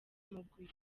mugwi